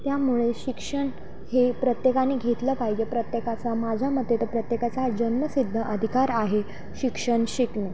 त्यामुळे शिक्षण हे प्रत्येकाने घेतलं पाहिजे प्रत्येकाचा माझ्या मते तर प्रत्येकाचा हा जन्मसिद्ध अधिकार आहे शिक्षण शिकणे